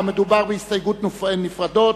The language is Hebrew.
ומדובר בהסתייגויות נפרדות.